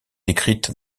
écrites